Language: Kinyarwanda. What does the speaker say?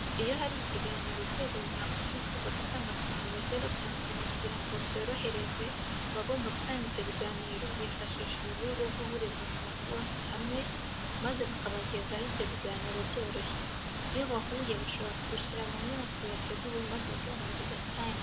Iyo hari ikiganiro urwego runaka rwifuza gutanga ku bantu bagiye batandukanye kugira ngo byorohereze abagomba gutanga ibyo biganiro bifashisha uburyo bwo guhuriza abo bantu bose hamwe maze bakabagezaho ibyo biganiro byoroshye. Iyo bahuye bashobora kwicara mu nyubako yateguwe maze ibiganiro bigatangira.